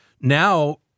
Now